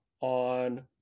on